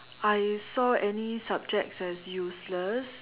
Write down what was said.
I saw any subjects as useless